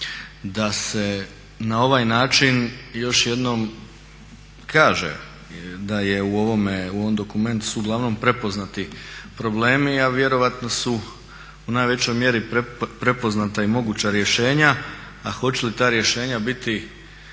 da se na ovaj način još jednom kaže da su u ovom dokumentu uglavnom prepoznati problemi, a vjerojatno su u najvećoj mjeri prepoznata i moguća rješenja. A hoće li ta rješenja biti